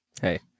Hey